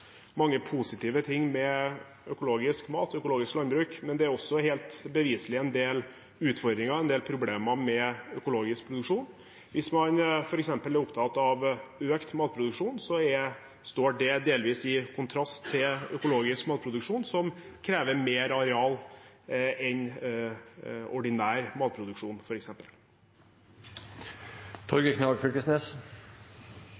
mange positive ting med økologisk mat og økologisk landbruk, men det er beviselig også en del utfordringer, en del problemer, knyttet til økologisk produksjon. Hvis man f.eks. er opptatt av økt matproduksjon, står det delvis i kontrast til økologisk matproduksjon, som krever mer areal enn ordinær matproduksjon.